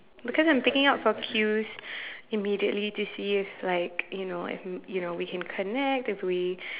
because I'm picking out for cues immediately to see if like you know if you know we can connect if we